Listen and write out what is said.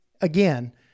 again